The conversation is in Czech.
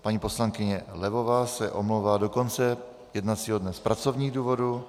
Paní poslankyně Levová se omlouvá do konce jednacího dne z pracovních důvodů.